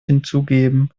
hinzugeben